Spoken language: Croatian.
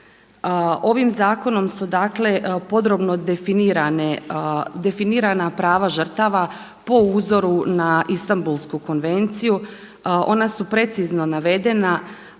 Ovim zakonom su dakle podrobno definirana prava žrtava po uzoru na Istambulsku konvenciju. Ona su precizno navedena.